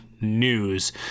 news